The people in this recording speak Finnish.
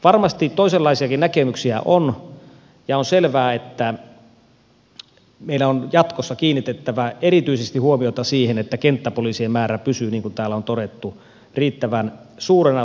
varmasti toisenlaisiakin näkemyksiä on ja on selvää että meidän on jatkossa kiinnitettävä erityisesti huomiota siihen että kenttäpoliisien määrä pysyy niin kuin täällä on todettu riittävän suurena suhteessa hallintoon